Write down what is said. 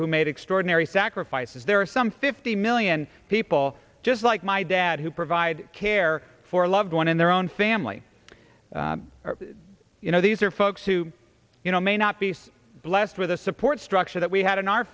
who made extraordinary sacrifices there are some fifty the million people just like my dad who provide care for a loved one in their own family you know these are folks who you know may not be so blessed with the support structure that we had in our